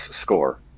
score